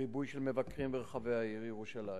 בריבוי של מבקרים ברחבי העיר ירושלים,